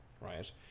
right